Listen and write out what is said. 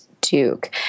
Duke